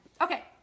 Okay